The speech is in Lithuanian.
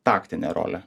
taktinė rolė